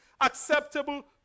acceptable